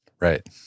Right